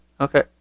okay